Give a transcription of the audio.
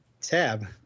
Tab